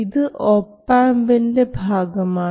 ഇത് ഒപാംപിൻറെ ഭാഗമാണ്